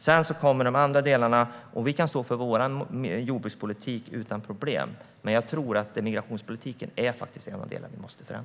Sedan kommer de andra delarna, och vi kan stå för vår jordbrukspolitik utan problem. Men jag tror att vi måste förändra migrationspolitiken.